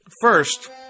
First